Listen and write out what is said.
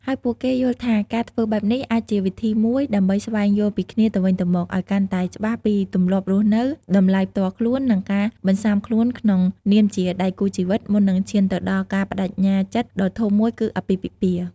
ហើយពួកគេយល់ថាការធ្វើបែបនេះអាចជាវិធីមួយដើម្បី ស្វែងយល់ពីគ្នាទៅវិញទៅមក ឱ្យកាន់តែច្បាស់ពីទម្លាប់រស់នៅ តម្លៃផ្ទាល់ខ្លួន និងការបន្សាំខ្លួនក្នុងនាមជាដៃគូជីវិត មុននឹងឈានទៅដល់ការប្តេជ្ញាចិត្តដ៏ធំមួយគឺអាពាហ៍ពិពាហ៍។